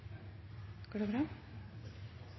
g